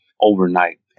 overnight